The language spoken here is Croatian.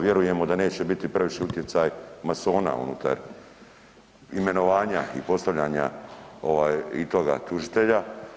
Vjerujemo da neće biti previše utjecaj masona unutar imenovanja i postavljanja toga tužitelja.